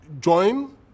join